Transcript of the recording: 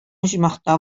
оҗмахта